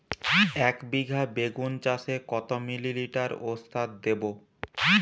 একবিঘা বেগুন চাষে কত মিলি লিটার ওস্তাদ দেবো?